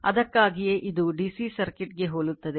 ಅದಕ್ಕಾಗಿಯೇ ಇದು DC ಸರ್ಕ್ಯೂಟ್ಗೆ ಹೋಲುತ್ತದೆ ಆದ್ದರಿಂದ Fm reluctance